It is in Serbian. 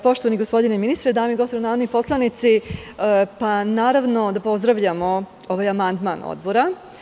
Poštovani gospodine ministre, dame i gospodo narodni poslanici, naravno da pozdravljamo ovaj amandman Odbora.